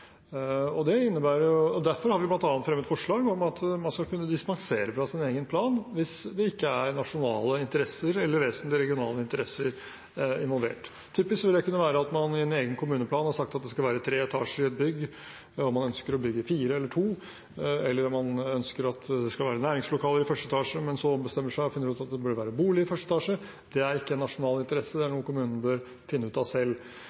Derfor har vi bl.a. fremmet forslag om at man skal kunne dispensere fra sin egen plan hvis det ikke er nasjonale interesser eller vesentlige regionale interesser involvert. Typisk vil det kunne være at man i en egen kommuneplan har sagt at det skal være tre etasjer i et bygg hvor man ønsker å bygge fire eller to, eller at man ønsker at det skal være næringslokale i første etasje, men så ombestemmer seg og finner ut at det bør være bolig i første etasje. Det er ikke en nasjonal interesse. Det er noe kommunen bør finne ut av selv.